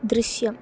ദൃശ്യം